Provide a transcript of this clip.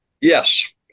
Yes